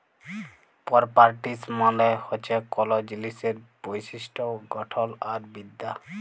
properties মালে হছে কল জিলিসের বৈশিষ্ট গঠল আর বিদ্যা